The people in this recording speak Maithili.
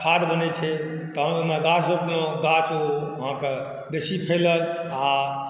खाद बनै छै तऽ ओइ मऽ गाछ रोपलौं गाछ आहाँ कऽ बेसी फैलल आ